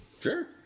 Sure